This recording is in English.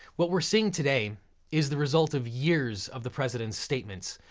what we're seeing today is the result of years of the president's statements.